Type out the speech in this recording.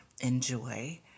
enjoy